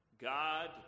God